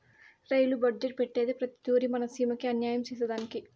rail budget పెట్టేదే ప్రతి తూరి మన సీమకి అన్యాయం సేసెదానికి